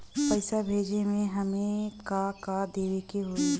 पैसा भेजे में हमे का का देवे के होई?